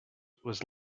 was